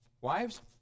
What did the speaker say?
Wives